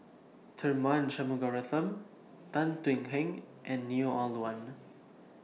Tharman Shanmugaratnam Tan Thuan Heng and Neo Ah Luan